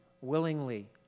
willingly